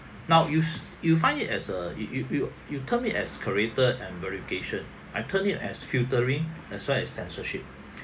now use~ you find it as a you you you termed it as curated and verification I termed it as filtering as well as censorship